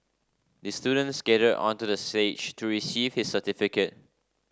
the student skated onto the stage to receive his certificate